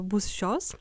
bus šios